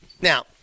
Now